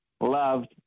loved